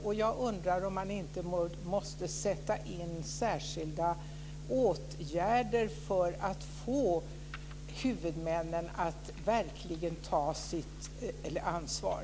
Och jag undrar om man inte måste vidta särskilda åtgärder för att få huvudmännen att verkligen ta sitt ansvar.